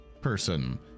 person